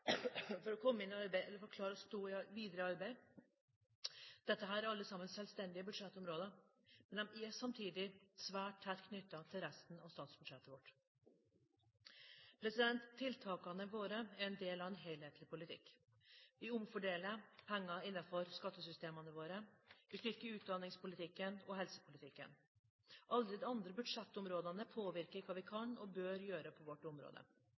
for å komme inn i arbeid eller for å klare å stå videre i arbeid – dette er alle sammen selvstendige budsjettområder, men de er samtidig svært tett knyttet til resten av statsbudsjettet vårt. Tiltakene våre er en del av en helhetlig politikk. Vi omfordeler penger innenfor skattesystemene våre, vi styrker utdanningspolitikken og helsepolitikken. Alle de andre budsjettområdene påvirker hva vi kan og bør gjøre på vårt område.